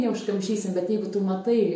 neužkamšysim bet jeigu tu matai